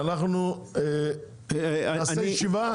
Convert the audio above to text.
אנחנו נעשה ישיבה.